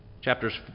Chapters